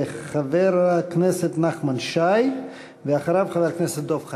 חבר הכנסת נחמן שי, ואחריו, חבר הכנסת דב חנין.